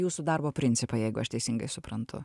jūsų darbo principą jeigu aš teisingai suprantu